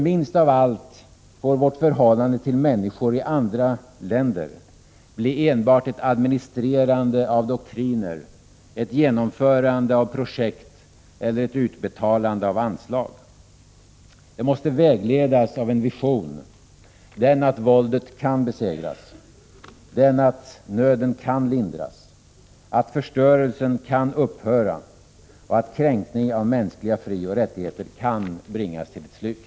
Minst av allt får vårt förhållande till människor i andra länder bli enbart ett administrerande av doktriner, ett genomförande av projekt eller ett utbetalande av anslag. Det måste vägledas av en vision: att våldet kan besegras, att nöden kan lindras, att förstörelsen kan upphöra, att kränkningen av mänskliga frioch rättigheter kan bringas till slut.